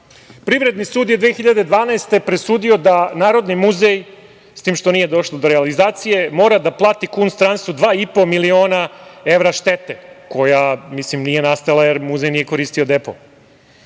sud je 2012. godine presudio da Narodni muzej, s tim što nije došlo do realizacije, mora da plati „Kuns Transu“ 2,5 miliona evra štete, koja nije nastala, jer muzej nije koristio depo.Za